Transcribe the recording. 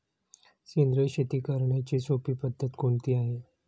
सेंद्रिय शेती करण्याची सोपी पद्धत कोणती आहे का?